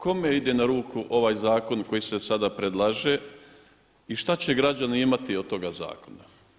Kome ide na ruku ovaj zakon koji se sada predlaže i što će građani imati od toga zakona?